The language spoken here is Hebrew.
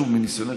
שוב מניסיונך,